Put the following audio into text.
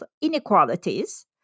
inequalities